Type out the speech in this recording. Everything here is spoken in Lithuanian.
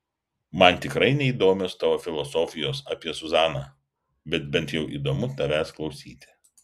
man tikrai neįdomios tavo filosofijos apie zuzaną bet bent jau įdomu tavęs klausyti